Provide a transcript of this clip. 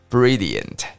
Brilliant